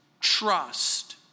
trust